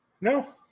No